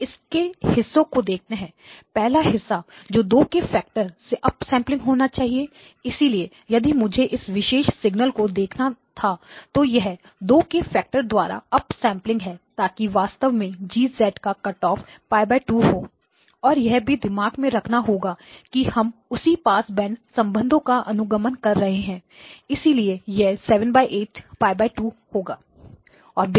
अब इसके हिस्सों को देखते हैं पहला हिस्सा जो 2 के फैक्टर से अप सैंपलिंग होना चाहिए इसलिए यदि मुझे इस विशेष सिग्नल को देखना था तो यह 2 के फैक्टर द्वारा अप सैंपलिंग हो ताकि वास्तव में G का कट ऑफ π 2 हो और यह भी दिमाग में रखना होगा कि हम उसी पास बैंड संबंधों का अनुगमन कर रहे हैं इसलिए यह 78π2 होगा